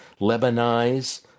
Lebanize